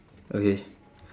okay